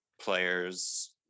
players